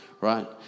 Right